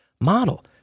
model